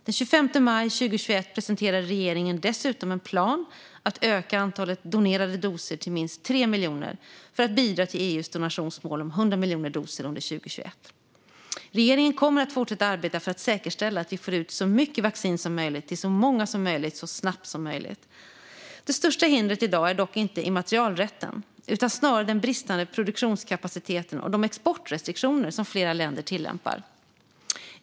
Den 25 maj 2021 presenterade regeringen dessutom en plan om att öka antalet donerade doser till minst tre miljoner för att bidra till EU:s donationsmål om 100 miljoner doser under 2021. Regeringen kommer att fortsätta arbeta för att säkerställa att vi får ut så mycket vaccin som möjligt till så många som möjligt så snabbt som möjligt. Det största hindret i dag är dock inte immaterialrätten utan snarare den bristande produktionskapaciteten och de exportrestriktioner som flera länder tillämpar.